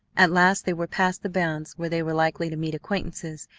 at last they were past the bounds where they were likely to meet acquaintances,